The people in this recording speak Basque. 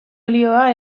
olioa